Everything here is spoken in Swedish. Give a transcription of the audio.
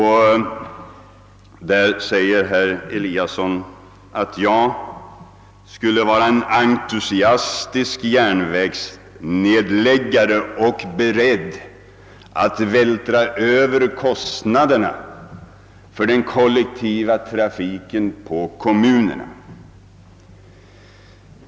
Han antyder att jag skulle vara en entusiastisk järnvägsnedläggare och vara beredd att vältra över kostnaderna för den kollektiva trafiken på kommunerna.